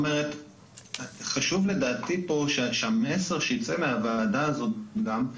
חשוב לדעתי פה שהמסר שייצא מהוועדה הזאת גם,